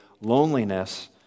loneliness